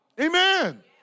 Amen